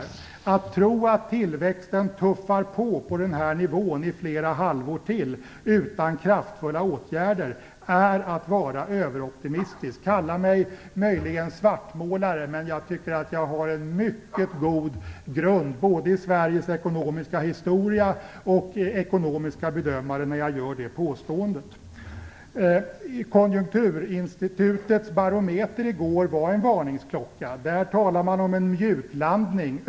Det är att vara överoptimistisk att tro att tillväxten tuffar på på den här nivån i flera halvår till utan kraftfulla åtgärder. Kalla mig möjligen svartmålare, men jag tycker att jag har en mycket god grund när jag gör det påståendet, både i Sveriges ekonomiska historia och i vad ekonomiska bedömare har sagt. Konjunkturinstitutets barometer i går var en varningsklocka. Där talade man om en mjuklandning.